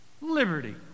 Liberty